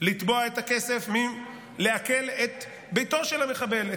לתבוע את הכסף על ידי עיקול ביתו של המחבל,